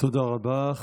תודה רבה.